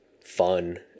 fun